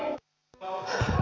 ei hallituksen